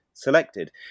selected